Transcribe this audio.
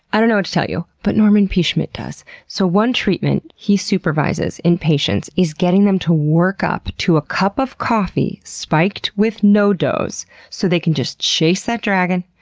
i don't know what to tell you. but norman p. schmidt does. so one treatment he supervises in patients is getting them to work up to a cup of coffee spiked with no doz so they can just chase that dragon,